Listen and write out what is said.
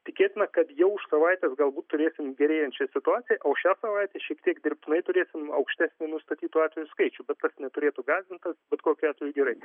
tikėtina kad jau už savaitės galbūt turėsim gerėjančią situaciją o šią savaitę šiek tiek dirbtinai turėsim aukštesnį nustatytų atvejų skaičių bet tas neturėtų gąsdinti bet kokiu atveju gerai